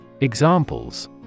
Examples